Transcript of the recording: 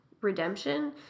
redemption